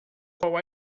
qual